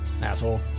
asshole